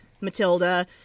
Matilda